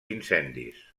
incendis